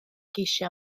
geisio